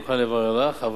אני מוכן לברר לך,